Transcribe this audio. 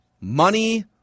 money